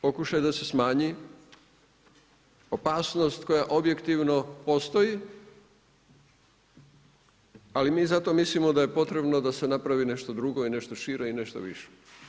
Pokušaj da se smanji opasnost koja objektivno postoji, ali mi zato mislimo da je potrebno da se napravi nešto drugo i nešto šire i nešto više.